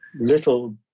little